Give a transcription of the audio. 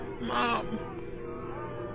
Mom